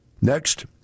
Next